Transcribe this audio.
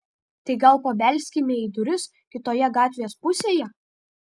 tai gal pabelskime į duris kitoje gatvės pusėje